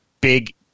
big